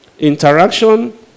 Interaction